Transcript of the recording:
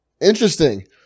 Interesting